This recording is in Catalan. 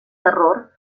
terror